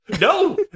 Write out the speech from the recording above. No